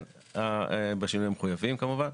בשינויים המחויבים כמובן.